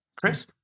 Chris